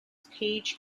page